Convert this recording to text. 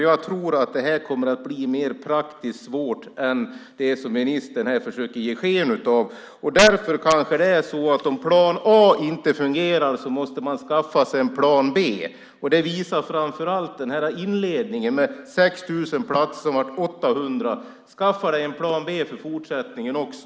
Jag tror att detta kommer att bli mer praktiskt svårt än vad ministern här försöker ge sken av. Därför kanske det är så att om plan A inte fungerar måste man skaffa sig en plan B. Det visar framför allt denna inledning med 6 000 platser som blev 800. Skaffa dig en plan B för fortsättningen också!